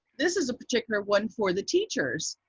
this is a particular one for the teachers.